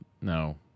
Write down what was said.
No